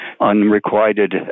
unrequited